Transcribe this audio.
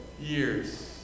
years